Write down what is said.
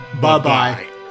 Bye-bye